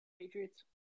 Patriots